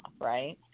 right